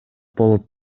болуп